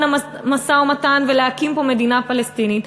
המשא-ומתן ולהקים פה מדינה פלסטינית,